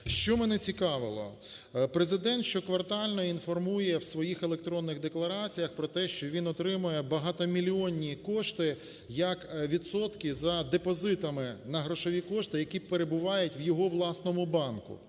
Що мене цікавило? Президент щоквартально інформує в своїх електронних деклараціях про те, що він отримує багатомільйонні кошти як відсотки за депозитами на грошові кошти, які перебувають в його власному банку.